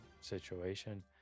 situation